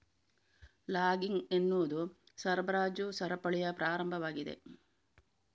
logging ಎನ್ನುವುದು ಸರಬರಾಜು ಸರಪಳಿಯ ಪ್ರಾರಂಭವಾಗಿದೆ